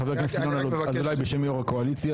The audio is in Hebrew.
חבר הכנסת אזולאי בשם יושב ראש הקואליציה.